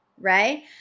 right